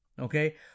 Okay